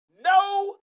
no